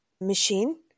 machine